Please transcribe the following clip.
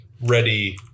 ready